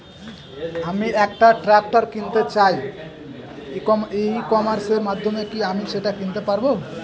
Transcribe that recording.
আমি একটা ট্রাক্টর কিনতে চাই ই কমার্সের মাধ্যমে কি আমি সেটা কিনতে পারব?